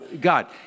God